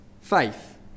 faith